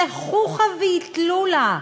זה חוכא ואטלולא.